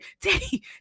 Teddy